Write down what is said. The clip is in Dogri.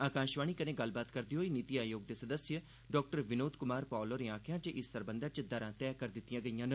आकाशवाणी कन्नै गल्लबात करदे होई नीति आयोग दे सदस्य डाक्टर विनोद कुमार पॉल होरें आखेआ जे इस सरबंधै च दरां तैय करी दित्तिआं गेईआं न